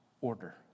order